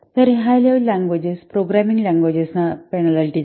तर हे high level languages programming लँग्वेजेसंना दंड देते